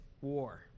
war